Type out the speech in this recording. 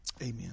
Amen